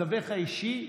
מצבך האישי,